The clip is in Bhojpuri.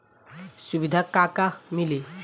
सुविधा का का मिली?